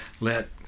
let